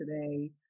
today